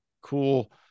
cool